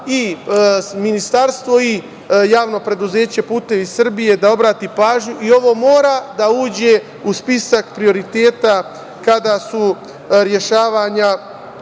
i ministarstvo i javno preduzeće „Putevi Srbije“ da obrati pažnju i ovo mora da uđe u spisak prioriteta kada je rešavanje